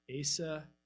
Asa